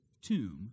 tomb